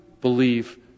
believe